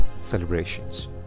celebrations